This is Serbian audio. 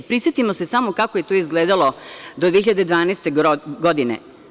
Prisetimo se samo kako je to izgledalo do 2012. godine?